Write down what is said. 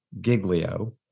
Giglio